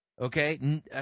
Okay